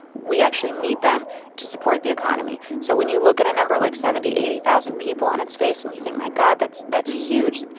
we actually need them to support the economy so when you look at a number like seventy, eighty thousand people on its face and you think, oh, my god, that's that's huge.